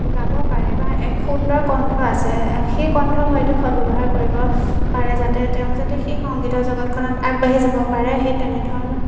গাব পাৰে বা এক সুন্দৰ কণ্ঠ আছে সেই কণ্ঠৰ হয়তো সদ ব্যৱহাৰ কৰিব পাৰে যাতে তেওঁ যাতে সেই সংগীতৰ জগতখনত আগবাঢ়ি যাব পাৰে সেই তেনেধৰণৰ